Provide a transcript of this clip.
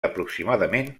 aproximadament